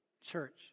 church